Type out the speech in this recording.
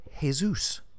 Jesus